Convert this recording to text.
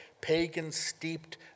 pagan-steeped